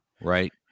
right